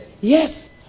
yes